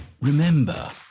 Remember